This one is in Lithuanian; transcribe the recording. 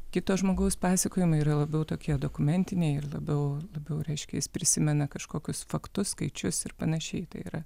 kito žmogaus pasakojimai yra labiau tokie dokumentiniai ir labiau labiau reiškia jis prisimena kažkokius faktus skaičius ir panašiai tai yra